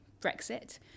Brexit